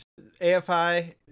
AFI